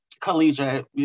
collegiate